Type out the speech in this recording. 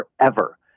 forever